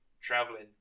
traveling